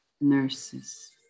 nurses